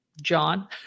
John